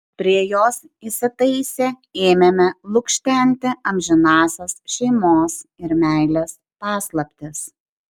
prie jos įsitaisę ėmėme lukštenti amžinąsias šeimos ir meilės paslaptis